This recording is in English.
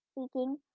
speaking